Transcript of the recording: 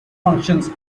functions